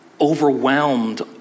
overwhelmed